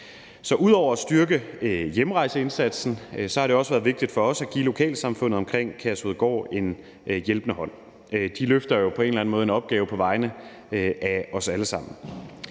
Så ud over at styrke hjemrejseindsatsen har det også været vigtigt for os at give lokalsamfundet omkring Kærshovedgård en hjælpende hånd. De løfter jo på en eller måde en opgave på vegne af os alle sammen.